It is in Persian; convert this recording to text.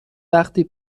وقتی